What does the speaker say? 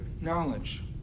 knowledge